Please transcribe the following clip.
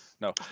No